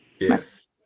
Yes